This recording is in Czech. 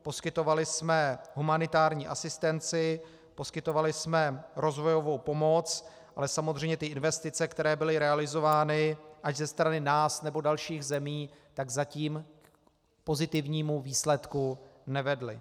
Poskytovali jsme humanitární asistenci, poskytovali jsme rozvojovou pomoc, ale samozřejmě ty investice, které byly realizovány ať ze strany nás, nebo dalších zemí, zatím k pozitivnímu výsledku nevedly.